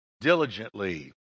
diligently